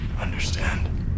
Understand